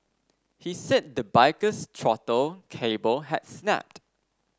he said the biker's throttle cable had snapped